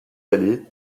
allées